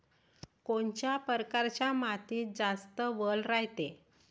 कोनच्या परकारच्या मातीत जास्त वल रायते?